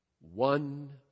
One